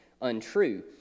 untrue